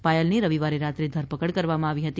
પાયલની રવિવારની રાત્રે ધરપકડ કરવામાં આવી હતી